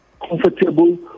Comfortable